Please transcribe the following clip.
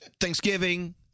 Thanksgiving